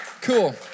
Cool